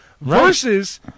versus